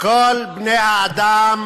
כל בני-האדם